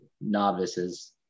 novices